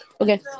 Okay